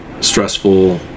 stressful